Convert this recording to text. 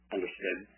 Understood